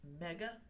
Mega